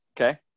Okay